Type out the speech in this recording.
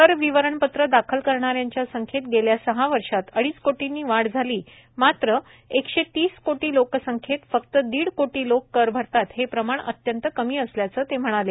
कर विवरणपत्र दाखल करणाऱ्यांच्या संख्येत गेल्या सहा वर्षात अडीच कोटींनी वाढ झाली मात्र एकशे तीस कोटी लोकसंख्येत फक्त दीड कोटी लोक कर भरतात हे प्रमाण अत्यंत कमी असल्याचं ते म्हणाले